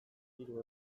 hiru